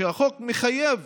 שהחוק מחייב